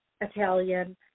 Italian